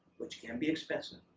which can be expensive,